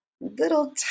little